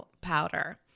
powder